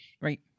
Right